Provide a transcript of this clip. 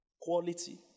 Quality